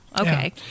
okay